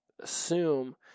assume